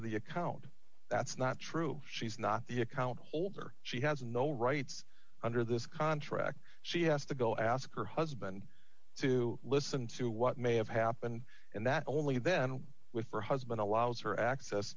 the account that's not true she's not the account holder she has no rights under this contract she has to go ask her husband to listen to what may have happened and that only then with her husband allows her access